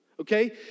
okay